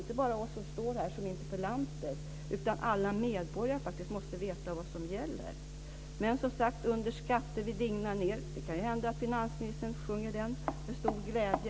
Inte bara vi som står här som interpellanter utan alla medborgare måste veta vad som gäller. "Vi under skatter digna ner", som sagt. Det kan hända att finansministern sjunger det med stor glädje.